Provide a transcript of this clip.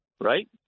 right